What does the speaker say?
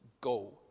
go